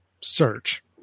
search